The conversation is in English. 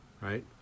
right